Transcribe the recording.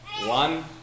one